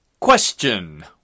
Question